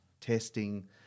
testing